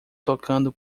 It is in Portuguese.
tocando